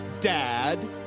Dad